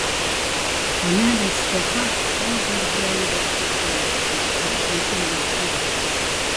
panelė stefa augo ir brendo ūkyje kažkur prie ylakių